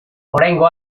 oraingo